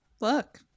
Look